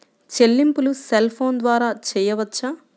చెల్లింపులు cell phone ద్వారా చేయవచ్చా?